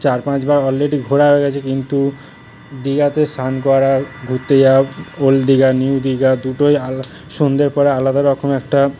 চার পাঁচবার অলরেডি ঘোরা হয়ে গেছে কিন্তু দীঘাতে স্নান করা ঘুরতে যাওয়া ওল্ড দীঘা নিউ দীঘা দুটোই সন্ধ্যের পরে আলাদারকম একটা